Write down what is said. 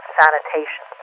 sanitation